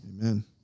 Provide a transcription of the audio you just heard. Amen